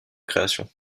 création